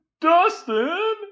Dustin